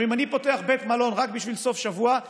אם אני פותח בית מלון רק בשביל סוף שבוע,